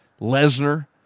Lesnar